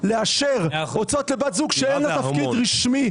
לאשר הוצאות לבת זוג שאין לה תפקיד רשמי.